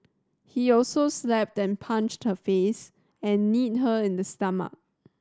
he also slapped and punched her face and kneed her in the stomach